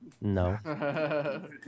No